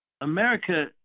America